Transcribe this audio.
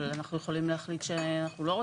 אבל אנחנו יכולים להחליט שאנחנו לא רוצים